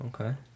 okay